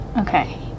Okay